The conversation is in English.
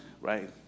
right